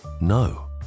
no